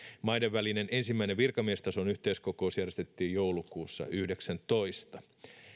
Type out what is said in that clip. maidenvälinen ensimmäinen virkamiestason yhteyskokous järjestettiin joulukuussa yhdeksäntoista